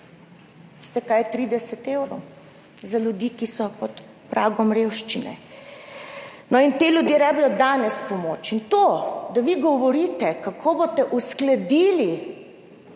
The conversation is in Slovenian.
Veste, kaj je 30 evrov za ljudi, ki so pod pragom revščine? No in ti ljudje rabijo danes pomoč. In to, da vi govorite, kako boste uskladili